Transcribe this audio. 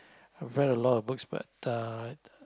i've read a lot of books but uh